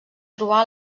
trobar